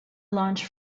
launch